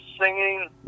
singing